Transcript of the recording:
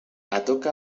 ataca